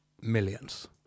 millions